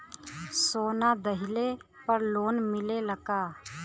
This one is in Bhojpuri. सोना दहिले पर लोन मिलल का?